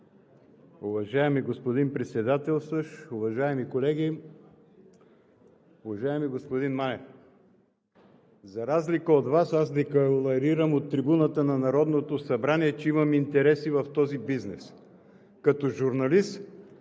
Уважаеми господин Председателстващ, уважаеми колеги! Уважаеми господин Манев, за разлика от Вас, аз декларирам от трибуната на Народното събрание, че имам интереси в този бизнес. Като журналист